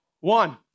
One